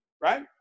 right